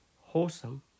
wholesome